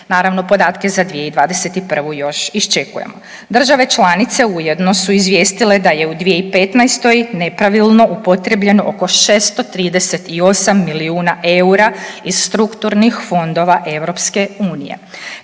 Naravno, podatke za 2021. još iščekujemo. Države članice ujedno su izvijestile da je u 2015. nepravilno upotrijebljeno oko 638 milijuna eura iz strukturnih fondova EU.